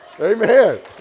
Amen